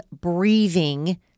breathing